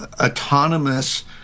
autonomous